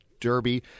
derby